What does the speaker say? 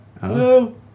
hello